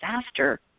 disaster